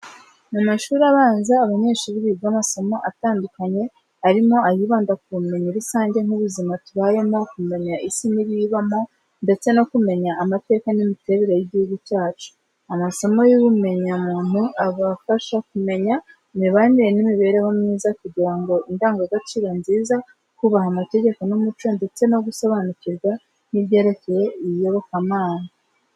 Mu mashuri abanza, abanyeshuri biga amasomo atandukanye arimo ayibanda ku bumenyi rusange nk’ubuzima tubayemo, kumenya isi n’ibiyibamo, ndetse no kumenya amateka n’imiterere y’igihugu cyacu. Amasomo y’ubumenyamuntu, abafasha kumenya imibanire n’imibereho myiza, kugira indangagaciro nziza, kubaha amategeko n’umuco, ndetse no gusobanukirwa n’ibyerekeye iyobokamana.